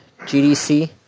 GDC